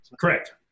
Correct